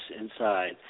inside